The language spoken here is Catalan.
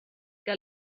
que